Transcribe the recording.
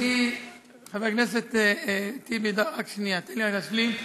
חבר הכנסת טיבי, רק שנייה, תן לי רק להשלים.